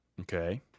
okay